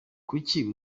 kuki